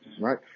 right